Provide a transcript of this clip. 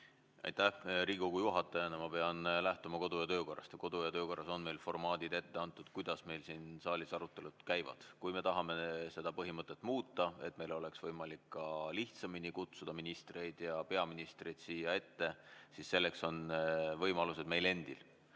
Aitäh! Riigikogu juhatajana ma pean lähtuma kodu- ja töökorrast ning seal on need formaadid ette antud, kuidas siin saalis arutelud käivad. Kui me tahame seda põhimõtet muuta, nii et meil oleks võimalik ka lihtsamini kutsuda peaministrit ja teisi ministreid siia ette, siis selleks on võimalused meil olemas